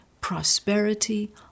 prosperity